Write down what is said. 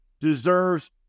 deserves